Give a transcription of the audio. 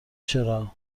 چرا